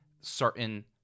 certain